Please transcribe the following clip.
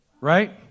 right